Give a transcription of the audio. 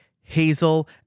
Hazel